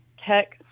tech